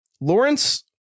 Lawrence